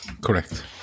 correct